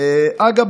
אגב,